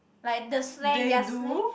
like the slang their slang